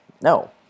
no